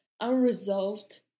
unresolved